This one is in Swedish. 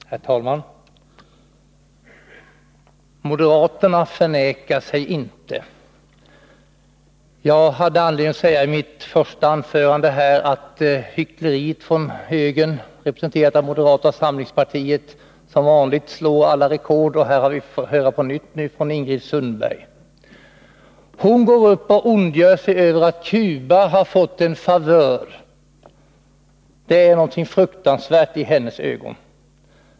Herr talman! Moderaterna förnekar sig inte. Jag hade i mitt första anförande anledning att säga att hyckleriet från högern, här representerad av moderata samlingspartiet, som vanligt slår alla rekord. Detta hyckleri har vi nu på nytt fått lyssna till från Ingrid Sundberg. Hon ondgör sig över att Cuba har fått en favör. Det är någonting fruktansvärt i hennes ögon.